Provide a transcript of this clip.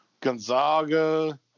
Gonzaga